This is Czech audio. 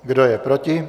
Kdo je proti?